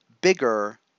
bigger